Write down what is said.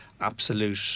absolute